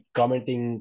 commenting